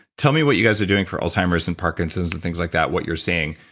tell me what you guys are doing for alzheimer's and parkinson's and things like that, what you're seeing?